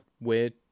weird